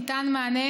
ניתן מענה